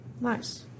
Nice